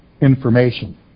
information